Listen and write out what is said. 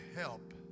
help